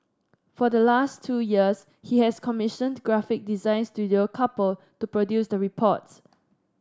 for the last two years he has commissioned graphic design Studio Couple to produce the reports